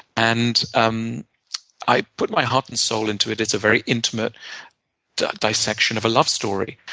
and um i put my heart and soul into it. it's a very intimate dissection of a love story.